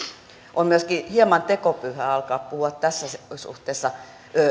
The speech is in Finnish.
on myöskin hieman tekopyhää alkaa puhua tässä suhteessa